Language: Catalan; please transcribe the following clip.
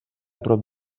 prop